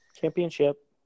Championship